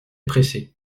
pressée